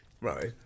Right